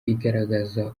igaragaza